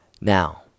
Now